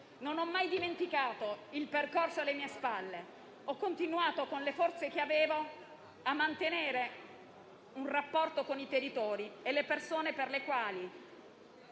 Non ho mai dimenticato il percorso alle mie spalle, ho continuato con le forze che avevo a mantenere un rapporto con i territori e le persone per le quali